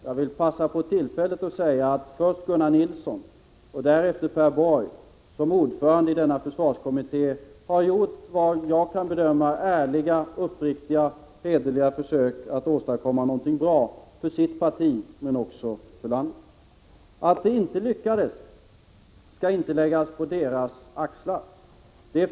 Jag vill passa på tillfället att säga att först Gunnar Nilsson och därefter Per Borg som ordförande i denna försvarskommitté har gjort, såvitt jag kan bedöma, ärliga, hederliga och uppriktiga försök att åstadkomma någonting bra för sitt parti men också för landet. Att det inte lyckades skall inte läggas dem till last.